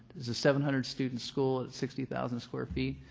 it's a seven hundred student school at sixty thousand square feet.